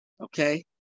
okay